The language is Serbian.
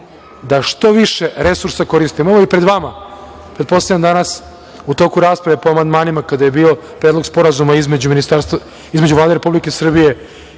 da što više resursa koristimo. Pred vama, pretpostavljam danas, u toku rasprave po amandmanima kada je bio Predlog sporazuma između Vlade Republike Srbije